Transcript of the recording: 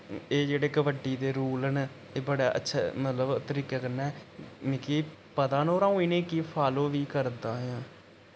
ए जेह्ड़े कबड्डी दे रूल न एह् बड़े अच्छे मतलब तरीके कन्नै मिकी पता न और अ 'ऊं इ'नें गी फालो वि करदा आं